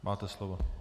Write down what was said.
Máte slovo.